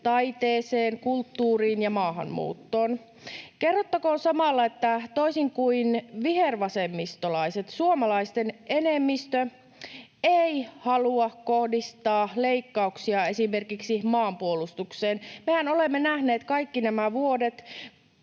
taiteeseen, kulttuuriin ja maahanmuuttoon. Kerrottakoon samalla, että toisin kuin vihervasemmistolaiset, suomalaisten enemmistö ei halua kohdistaa leikkauksia esimerkiksi maanpuolustukseen. Mehän olemme nähneet kaikki nämä vuodet,